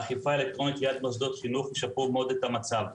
ואכיפה אלקטרונית ליד מוסדות חינוך ישפרו מאוד את המצב.